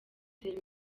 kugura